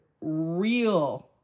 real